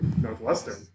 Northwestern